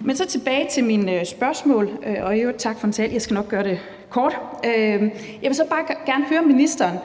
Men så tilbage til mit spørgsmål – jeg skal nok gøre det kort. Jeg vil gerne høre ministeren, om